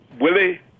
Willie